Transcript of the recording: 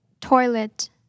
Toilet